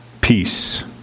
Peace